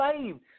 saved